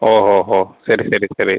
ஓ ஹோ ஹோ சரி சரி சரி